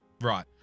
right